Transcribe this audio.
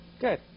Good